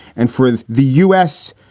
and for the u s.